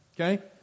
Okay